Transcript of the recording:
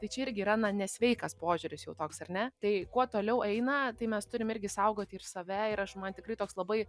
tai čia irgi yra nesveikas požiūris jau toks ar ne tai kuo toliau eina tai mes turim irgi saugoti ir save ir aš man tikrai toks labai